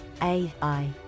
AI